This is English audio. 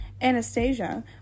Anastasia